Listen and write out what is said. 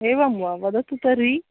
एवं वा वदतु तर्हि